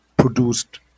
produced